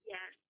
Yes